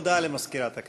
הודעה למזכירת הכנסת.